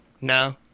No